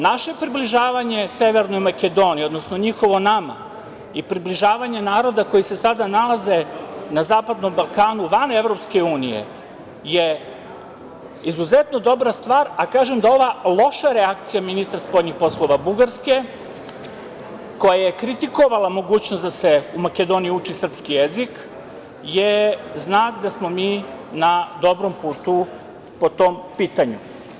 Naše približavanje Severnoj Makedoniji, odnosno njihovo nama je približavanje naroda, koji se sada nalaze na zapadnom Balkanu van EU je izuzetno dobra stvar, a kažem da ova loša reakcija ministra spoljnih poslova Bugarske koja je kritikovala mogućnost da se u Makedoniji uči srpski jezik je znak da smo mi na dobrom putu po tom pitanju.